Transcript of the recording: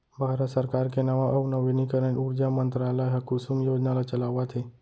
भारत सरकार के नवा अउ नवीनीकरन उरजा मंतरालय ह कुसुम योजना ल चलावत हे